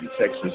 Texas